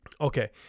okay